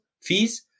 fees